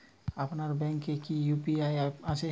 আপনার ব্যাঙ্ক এ তে কি ইউ.পি.আই অ্যাপ আছে?